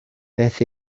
beth